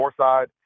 Northside